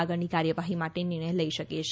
આગળની કાર્યવાહી માટે નિર્ણય લઈ શકે છે